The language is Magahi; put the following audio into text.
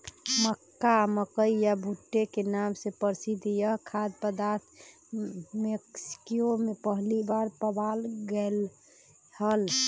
मक्का, मकई या भुट्टे के नाम से प्रसिद्ध यह खाद्य पदार्थ मेक्सिको में पहली बार पावाल गयले हल